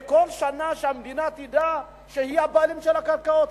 כל שנה, שהמדינה תדע שהיא הבעלים של הקרקעות.